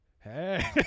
Hey